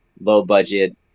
low-budget